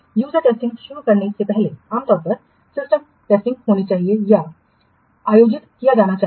user testing शुरू करने से पहले आमतौर पर सिस्टम परीक्षण होना चाहिए या आयोजित किया जाना चाहिए